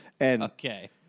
Okay